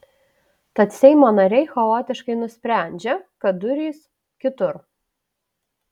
tad seimo nariai chaotiškai nusprendžia kad durys kitur